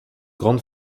grande